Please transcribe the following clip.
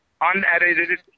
unedited